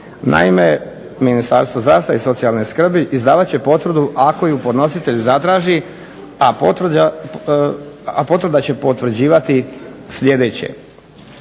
Naime, Ministarstvo zdravstva i socijalne skrbi izdavat će potvrdu ako ju podnositelj zatraži a potvrda će potvrđivati sljedeće